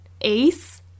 Ace